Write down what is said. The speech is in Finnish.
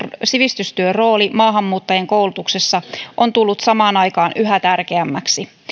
sivistystyön rooli maahanmuuttajien koulutuksessa on tullut samaan aikaan yhä tärkeämmäksi